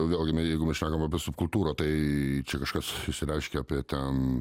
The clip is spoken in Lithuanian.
vėlgi me jeigu mes šnekam apie subkultūrą tai čia kažkas išsireiškė apie ten